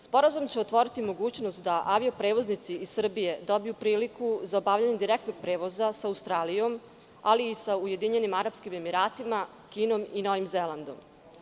Sporazum će otvoriti mogućnost da avio-prevoznici iz Srbije dobiju priliku za obavljanje direktnog prevoza sa Australijom, ali i sa Ujedinjenim Arapskim Emiratima, Kinom i Novim Zelandom.